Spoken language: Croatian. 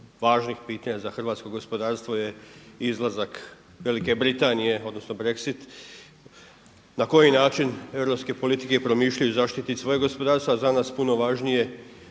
važnih pitanja za hrvatsko gospodarstvo izlazak Velike Britanije odnosno Brexit, na koji način europske politike promišljaju u zaštiti svojih gospodarstva, a za nas puno važnije